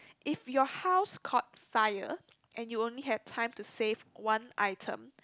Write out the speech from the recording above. if your house caught fire and you only have time to save one item